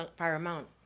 paramount